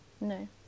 No